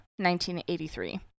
1983